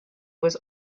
was